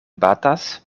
batas